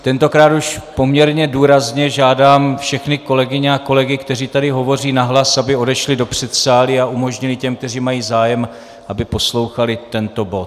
Tentokrát už poměrně důrazně žádám všechny kolegyně a kolegy, kteří tady hovoří nahlas, aby odešli do předsálí a umožnili těm, kteří mají zájem, aby poslouchali tento bod.